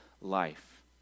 life